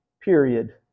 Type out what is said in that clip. period